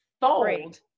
fold